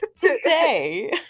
today